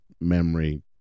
memory